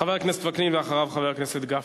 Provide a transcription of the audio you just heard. חבר הכנסת יצחק וקנין, ואחריו, חבר הכנסת גפני.